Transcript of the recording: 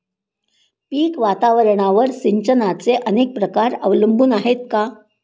पीक वातावरणावर सिंचनाचे अनेक प्रकार अवलंबून आहेत का?